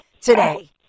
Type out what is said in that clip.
today